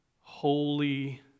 holy